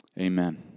Amen